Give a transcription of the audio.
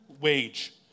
wage